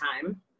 time